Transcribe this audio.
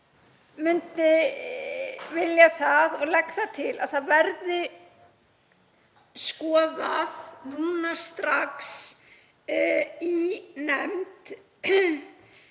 myndi vilja og legg til að það verði skoðað núna strax í nefnd